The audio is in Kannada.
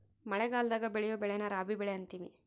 ಮಳಗಲದಾಗ ಬೆಳಿಯೊ ಬೆಳೆನ ರಾಬಿ ಬೆಳೆ ಅಂತಿವಿ